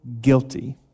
guilty